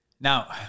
Now